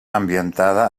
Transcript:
ambientada